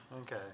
Okay